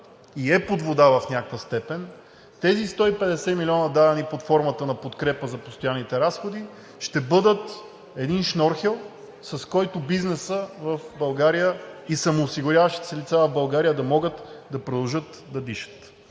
и е под вода в някаква степен, тези 150 милиона, дадени под формата на подкрепа за постоянните разходи, ще бъдат един шнорхел, с който бизнесът в България и самоосигуряващите се лица в България да могат да продължат да дишат.